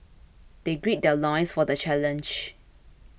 they gird their loins for the challenge